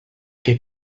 què